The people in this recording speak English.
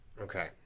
Okay